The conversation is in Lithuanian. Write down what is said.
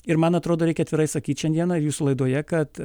ir man atrodo reikia atvirai sakyt šiandieną jūs laidoje kad